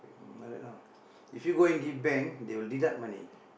hmm like that ah if you go and give bank they will deduct money